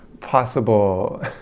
possible